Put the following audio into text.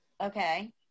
Okay